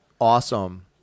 awesome